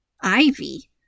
Ivy